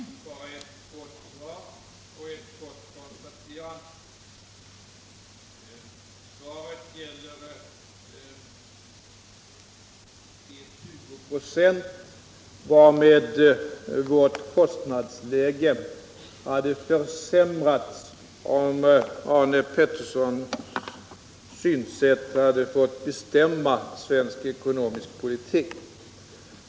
Herr talman! Bara ett kort svar och ett kort konstaterande. Svaret gäller de 20 25 varmed vårt kostnadsläge hade försämrats om Arne Pettersson hade fått bestämma svensk ekonomisk pohtik.